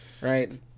right